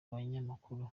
banyamakuru